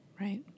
right